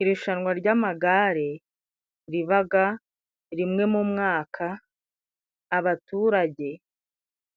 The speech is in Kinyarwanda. Irushanwa ry'amagare ribaga rimwe mu mwaka .Abaturage